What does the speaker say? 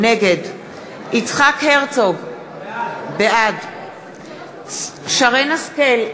נגד יצחק הרצוג, בעד שרן השכל,